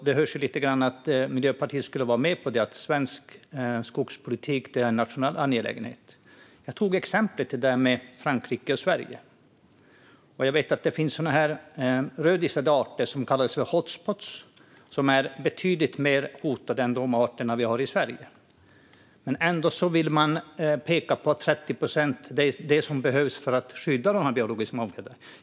Det låter ju lite grann som om Miljöpartiet skulle vara med på att svensk skogspolitik är en nationell angelägenhet. Jag tog exemplet med Frankrike och Sverige. Jag vet att det finns rödlistade arter på vad som kallas hot spots, där de är betydligt mer hotade än de arter vi har i Sverige. Men ändå vill man peka på att 30 procent är vad som behövs för att skydda den biologiska mångfalden.